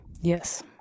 yes